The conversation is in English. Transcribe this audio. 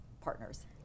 partners